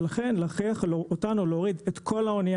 להכריח אותנו להוריד את כל האנשים